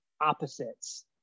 opposites